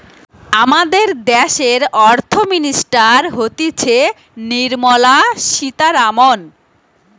আমাদের দ্যাশের অর্থ মিনিস্টার হতিছে নির্মলা সীতারামন